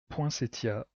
poinsettias